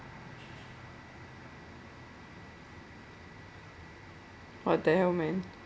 what the hell man